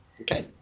Okay